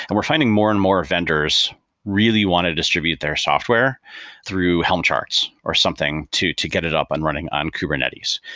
and we're finding more and more vendors really want to distribute their software through helm charts, or something to to get it up and running on kubernetes.